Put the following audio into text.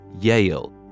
Yale